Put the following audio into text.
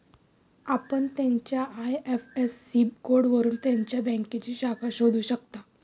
आपण त्याच्या आय.एफ.एस.सी कोडवरून त्याच्या बँकेची शाखा शोधू शकता